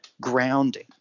grounding